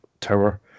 tower